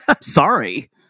Sorry